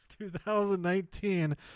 2019